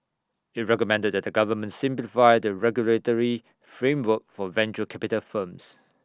IT recommended that the government simplify the regulatory framework for venture capital firms